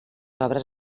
obres